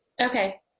Okay